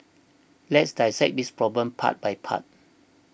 let's dissect this problem part by part